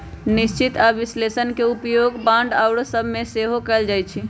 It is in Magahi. निश्चित आऽ विश्लेषण के उपयोग बांड आउरो सभ में सेहो कएल जाइ छइ